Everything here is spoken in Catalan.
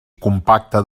compacte